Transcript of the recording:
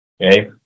okay